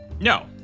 No